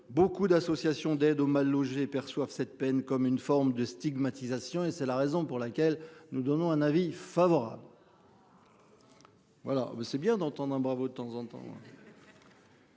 beaucoup d'associations d'aide aux mal-logés perçoivent cette peine comme une forme de stigmatisation et c'est la raison pour laquelle nous donnons un avis favorable. Voilà c'est bien d'entendre hein. Bravo. De temps en temps.